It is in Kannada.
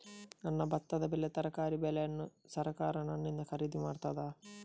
ನನ್ನ ಭತ್ತದ ಬೆಳೆ, ತರಕಾರಿ ಬೆಳೆಯನ್ನು ಸರಕಾರ ನನ್ನಿಂದ ಖರೀದಿ ಮಾಡುತ್ತದಾ?